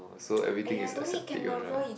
oh so everything is accepted one lah